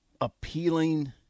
appealing